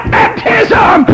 baptism